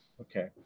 Okay